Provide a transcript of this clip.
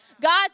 God